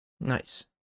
nice